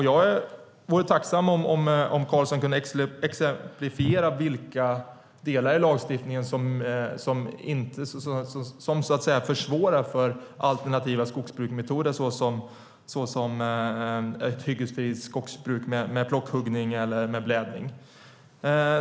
Jag vore tacksam om Karlsson kunde exemplifiera vilka delar i lagstiftningen som försvårar för alternativa skogsbruksmetoder, exempelvis hyggesfritt skogsbruk med plockhuggning eller blädning.